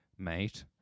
mate